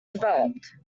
developed